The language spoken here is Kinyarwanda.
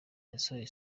yasohoye